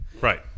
Right